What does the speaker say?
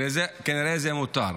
כנראה זה מותר.